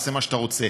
תעשה מה שאתה רוצה.